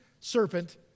serpent